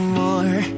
more